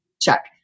Check